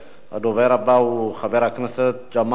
הדובר הבא הוא חבר הכנסת ג'מאל זחאלקה.